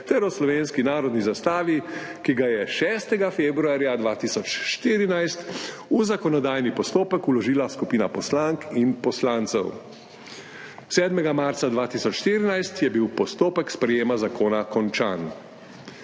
ter o slovenski narodni zastavi, ki ga je 6. februarja 2014 v zakonodajni postopek vložila skupina poslank in poslancev. 7. marca 2014 je bil postopek sprejetja zakona končan.